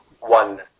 one